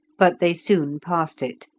but they soon passed it,